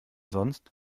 sonst